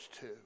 two